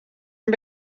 and